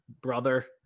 brother